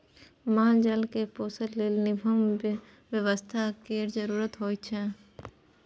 माल जाल केँ पोसय लेल निम्मन बेवस्था केर जरुरत होई छै